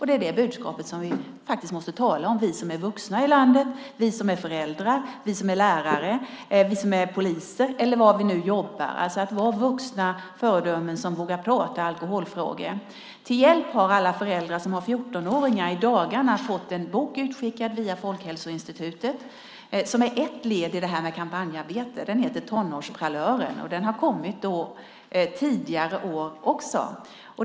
Det är det budskapet som vi måste tala om, vi som är vuxna i landet, vi som är föräldrar, vi som är lärare, poliser eller vad vi nu jobbar som. Vi ska vara vuxna föredömen som vågar prata alkoholfrågor. Till hjälp har alla föräldrar som har 14-åringar i dagarna fått en bok utskickad via Folkhälsoinstitutet. Det är ett led i kampanjarbetet. Den heter Tonårsparlören och har kommit tidigare år också.